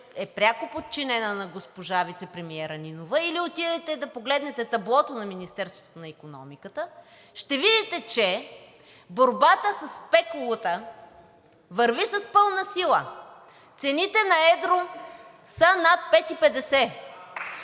е пряко подчинена на госпожа вицепремиера Нинова, или отидете да погледнете таблото на Министерството на икономиката, ще видите, че борбата със спекулата върви с пълна сила – цените на едро са над 5,50.